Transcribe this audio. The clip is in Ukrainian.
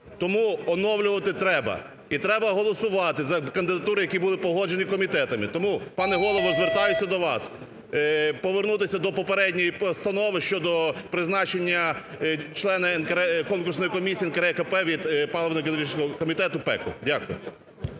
Тому оновлювати треба, і треба голосувати за кандидатури, які були погоджені комітетами. Тому, пане Голово, звертаюся до вас, повернутися до попередньої постанови щодо призначення члена Конкурсної комісії НКРЕКП від